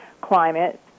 climate